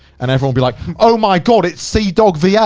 and everyone be like, oh my god! it's seadog va. yeah